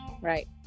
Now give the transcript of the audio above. right